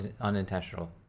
unintentional